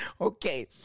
okay